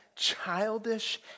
childish